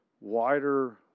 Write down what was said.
wider